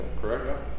correct